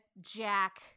Jack